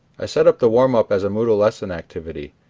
i set up the warm-up as a moodle lesson activity.